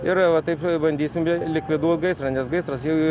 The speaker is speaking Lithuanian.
ir va taip bandysim likviduot gaisrą nes gaisras jau